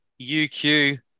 UQ